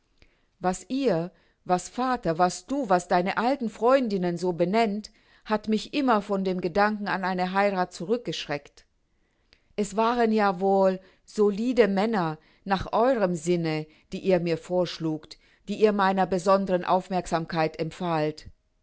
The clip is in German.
was ihr was vater was du was deine alten freundinnen so benennt hat mich immer von dem gedanken an eine heirath zurückgeschreckt es waren ja wohl solide männer nach eurem sinne die ihr mir vorschlugt die ihr meiner besonderen aufmerksamkeit